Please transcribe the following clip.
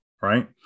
Right